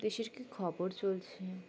দেশের কি খবর চলছে